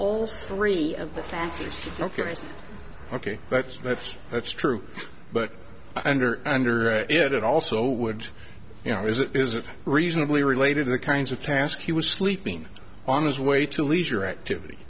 all three of the facts ok ok that's that's that's true but and are under it also would you know is it is it reasonably related to the kinds of task he was sleeping on his way to leisure activity